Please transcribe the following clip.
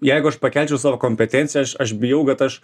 jeigu aš pakelčiau savo kompetenciją aš aš bijau kad aš